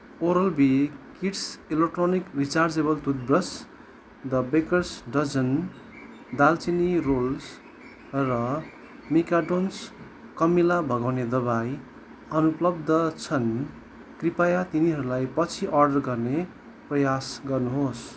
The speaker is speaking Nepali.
oral B kids electric rechargeable toothbrush the baker's dozen दालचिनी रोल्स र मिकाडोस् कमिला भगाउने दवाई अनुपलब्ध छन् कृपया तिनीहरूलाई पछि अर्डर गर्ने प्रयास गर्नुहोस्